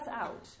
out